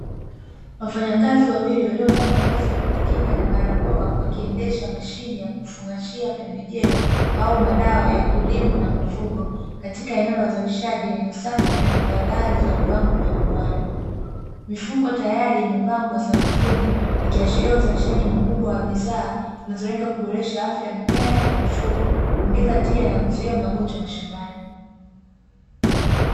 Wafanyakazi wawili, waliovaa mavazi ya kujikinga na barakoa, wakiendesha mashine ya kufungashia pembejeo au madawa ya kilimo na mifugo katika eneo la uzalishaji lenye usafi na tahadhari za viwango vya viwanda, mifuko tayari imepangwa sakafuni, ikiashiria uzalishaji mkubwa wa bidhaa zinzotumika kuboresha afya ya mimea na mifugo, kuongeza tija na kuzuia magonjwa mashambani.